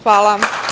Hvala.